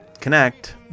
Connect